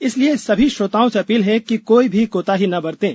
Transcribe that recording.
इसलिए सभी श्रोताओं से अपील है कि कोई भी कोताही न बरतें